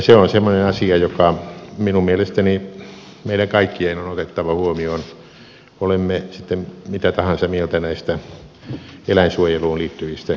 se on semmoinen asia joka minun mielestäni meidän kaikkien on otettava huomioon olemme sitten mitä tahansa mieltä näistä eläinsuojeluun liittyvistä kysymyksistä